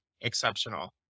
exceptional